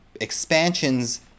expansions